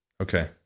Okay